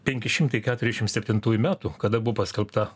penki šimtai keturiasdešim septintųjų metų kada buvo paskelbta